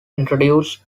introduced